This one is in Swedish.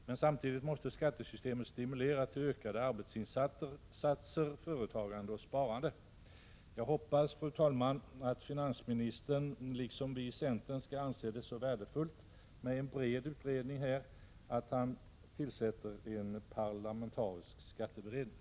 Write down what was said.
Men samtidigt måste skattesystemet stimulera till ökade arbetsinsatser, företagande och sparande. Jag hoppas, fru talman, att finansministern liksom vi i centern skall anse det så värdefullt med en bred utredning att han tillsätter en parlamentarisk skatteberedning.